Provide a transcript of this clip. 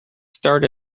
start